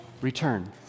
return